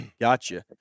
Gotcha